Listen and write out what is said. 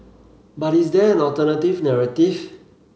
but is there an alternative narrative